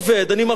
אני מרוויח,